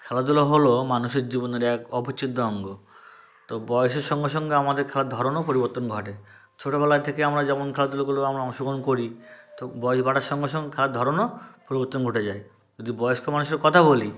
খেলাধূলা হলো মানুষের জীবনের এক অবিচ্ছেদ্য অঙ্গ তো বয়সের সঙ্গে সঙ্গে আমাদের খেলার ধরনও পরিবর্তন ঘটে ছোটবেলা থেকে আমরা যেমন খেলাধুলোগুলো আমরা অংশগ্রহণ করি তো বয়স বাড়ার সঙ্গে সঙ্গে খেলার ধরনও পরিবর্তন ঘটে যায় যদি বয়স্ক মানুষের কথা বলি